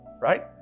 Right